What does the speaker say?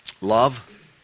love